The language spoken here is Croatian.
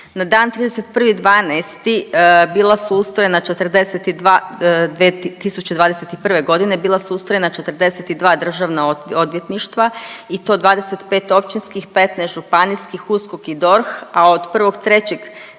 42, 2021. g. bila su ustrojena 42 državna odvjetništva i to 25 općinskih, 15 županijskih, USKOK i DORH, a od